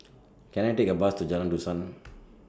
Can I Take A Bus to Jalan Dusan